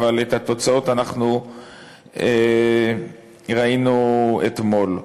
אבל את התוצאות אנחנו ראינו אתמול.